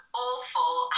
awful